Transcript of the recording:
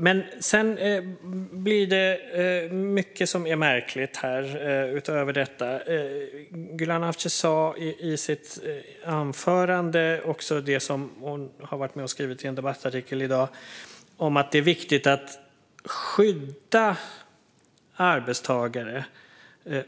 Utöver detta är det mycket som är märkligt här. Gulan Avci sa i sitt anförande det som hon har varit med och skrivit i en debattartikel som är publicerad i dag: att det är viktigt att skydda arbetstagare